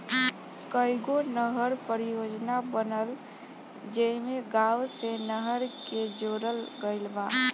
कईगो नहर परियोजना बनल जेइमे गाँव से नहर के जोड़ल गईल बा